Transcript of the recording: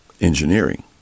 engineering